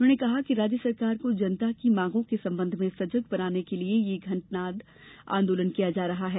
उन्होंने कहा कि राज्य सरकार को जनता की मांगों के संबंध में संजग बनाने के लिए ये घंटानाद आंदोलन किया जा रहा है